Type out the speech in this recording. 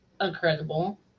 incredible